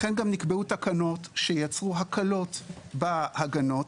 לכן גם נקבעו תקנות שיצרו הקלות בהגנות.